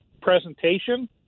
presentation